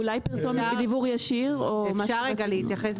אולי פרסומת בדיוור ישיר או משהו כזה.